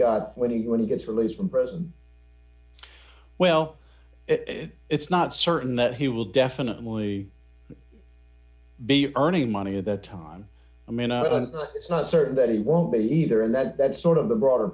got when he when he gets released from prison well it's not certain that he will definitely be earning money at that time i mean it's not certain that he won't be either and that that sort of the broader